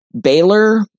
Baylor